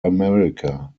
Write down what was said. america